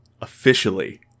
officially